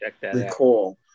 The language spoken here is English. recall